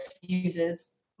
uses